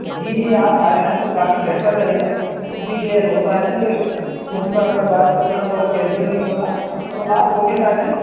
جی جی آپ آ جائیں تو کافی بہتر رہے گا کیونکہ یہ ہوتا ہے نا کہ فون پر اگر بات کرنا تھوڑا کیژول نہیں ہوتا تو آفس آ جائیں